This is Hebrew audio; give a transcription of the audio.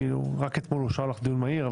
רק אתמול אושר לך דיון מהיר,